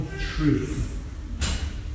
Truth